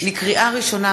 לקריאה ראשונה,